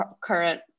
current